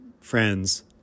friends